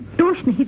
sushma